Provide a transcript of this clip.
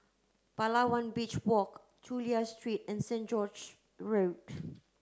Palawan Beach Walk Chulia Street and Saint George Road